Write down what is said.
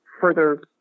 further